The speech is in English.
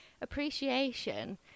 appreciation